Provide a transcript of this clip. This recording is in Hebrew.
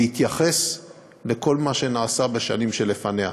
בהתייחס לכל מה שנעשה בשנים שלפניה.